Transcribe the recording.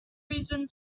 reason